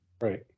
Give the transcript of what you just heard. Right